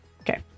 Okay